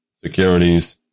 securities